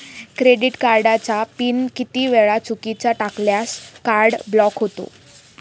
Credit कार्डचा PIN किती वेळा चुकीचा टाकल्यास कार्ड ब्लॉक होते?